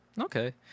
Okay